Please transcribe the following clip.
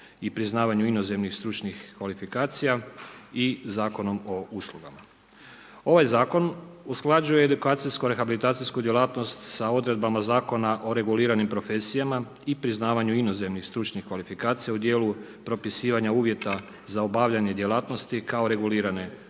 i priznavanju inozemnih stručnih kvalifikacija i Zakonom o uslugama. Ovaj zakon usklađuje edukacijsko-rehabilitacijsku djelatnost sa odredbama Zakona o reguliranim profesijama i priznavanju inozemnih stručnih kvalifikacija u dijelu propisivanja uvjeta za obavljanje djelatnosti kao regulirane profesije.